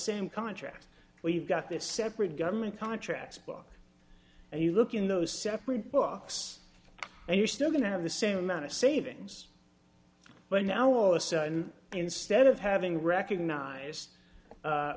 same contract we've got this separate government contracts book and you look in those separate books and you're still going to have the same amount of savings but now all a sudden instead of having recognize